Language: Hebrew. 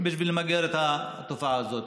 בשביל למגר את התופעה הזאת.